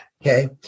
Okay